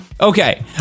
Okay